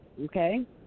okay